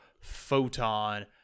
Photon